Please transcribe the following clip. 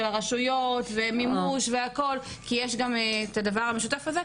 הרשויות ומימוש והכול כי יש גם את הדבר המשותף הזה,